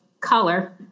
color